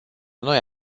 noi